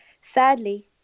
Sadly